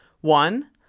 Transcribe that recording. One